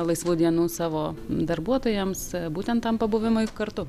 laisvų dienų savo darbuotojams būtent tam pabuvimui kartu